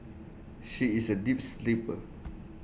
she is A deep sleeper